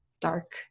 dark